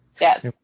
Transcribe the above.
Yes